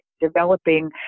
developing